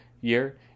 year